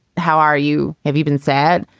how are you? have you been sad?